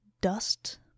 dust